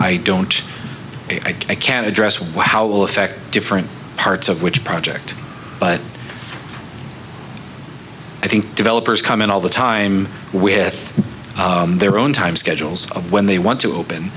i don't i can address why how will affect different parts of which project but i think developers come in all the time we have their own time schedules of when they want to open